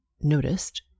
noticed